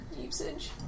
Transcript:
usage